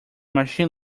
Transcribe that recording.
machine